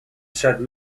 said